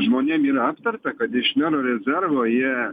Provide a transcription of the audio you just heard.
žmonėm yra aptarta kad iš mero rezervo jie